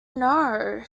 know